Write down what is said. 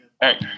Hey